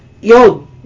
yo